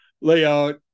layout